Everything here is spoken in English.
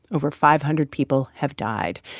over five hundred people have died.